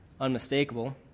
unmistakable